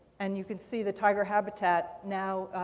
and you can see the tiger habitat now